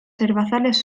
herbazales